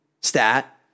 stat